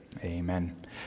amen